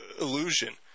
illusion